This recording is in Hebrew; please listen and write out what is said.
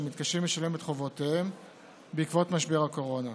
מתקשים לשלם את חובותיהם בעקבות משבר הקורונה.